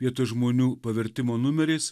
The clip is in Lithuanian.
vietoj žmonių pavertimo numeriais